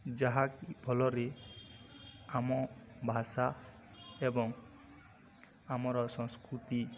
ଯାହାକି ଭଲରେ ଆମ ଭାଷା ଏବଂ ଆମର ସଂସ୍କୃତି